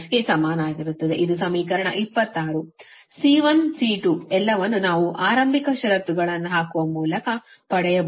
C1 C2 ಎಲ್ಲವನ್ನೂ ನಾವು ಆರಂಭಿಕ ಷರತ್ತುಗಳನ್ನು ಹಾಕುವ ಮೂಲಕ ಪಡೆಯಬಹುದು